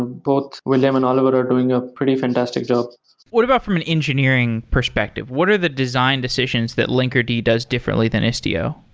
both william and oliver are doing a pretty fantastic job what about from an engineering perspective, what are the design decisions that linkerd does differently than istio?